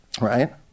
right